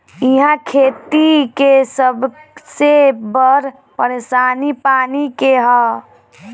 इहा खेती के सबसे बड़ परेशानी पानी के हअ